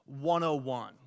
101